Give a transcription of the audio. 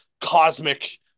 cosmic